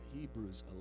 Hebrews